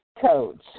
codes